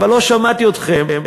אבל לא שמעתי אתכם,